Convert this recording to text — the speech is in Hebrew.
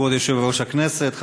כבוד יושב-ראש הכנסת,